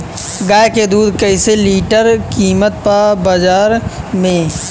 गाय के दूध कइसे लीटर कीमत बा बाज़ार मे?